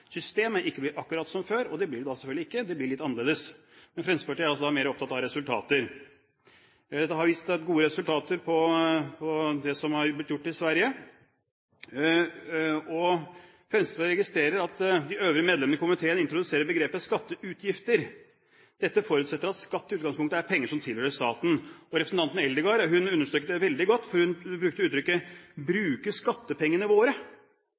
systemet – systemet – ikke blir akkurat som før, og det blir det da selvfølgelig heller ikke. Det blir litt annerledes. Men Fremskrittspartiet er altså mer opptatt av resultater. Det har gitt gode resultater, det som er blitt gjort i Sverige. Fremskrittspartiet registrerer at de øvrige medlemmene i komiteen introduserer begrepet «skatteutgifter». Dette forutsetter at skatt i utgangspunktet er penger som tilhører staten. Representanten Eldegard understreket det veldig godt. Hun brukte uttrykket bruke «fellespengane våre».